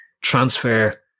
transfer